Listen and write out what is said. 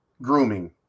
grooming